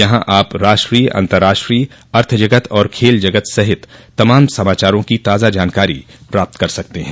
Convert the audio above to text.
यहां आप राष्ट्रीय अन्तर्राष्ट्रीय अर्थ जगत और खेल जगत सहित तमाम समाचारों की ताज़ा जानकारी प्राप्त कर सकते हैं